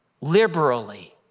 liberally